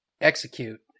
execute